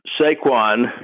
Saquon